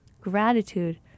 gratitude